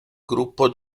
gruppo